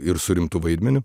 ir su rimtu vaidmeniu